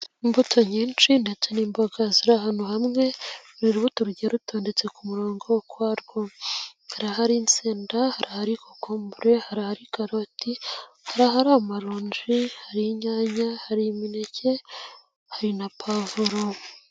Imbuto nyinshi ndetse n'imboga ziri ahantu hamwe, buri rubuto rugiye rutondetse ku murongo ukwarwo, hari ahari insenda, hari ahari kokombure, hari ahari karoti, hari ahari amaronji, hari inyanya, hari imineke, hari na pavuro.